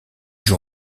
joue